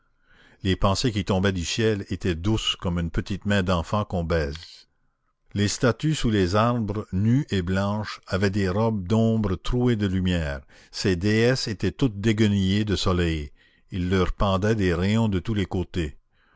les pensées qui tombaient du ciel étaient douces comme une petite main d'enfant qu'on baise les statues sous les arbres nues et blanches avaient des robes d'ombre trouées de lumière ces déesses étaient toutes déguenillées de soleil il leur pendait des rayons de tous les côtés